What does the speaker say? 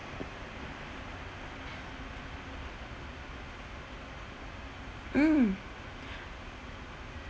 mm